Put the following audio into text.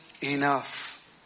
enough